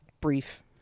brief